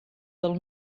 del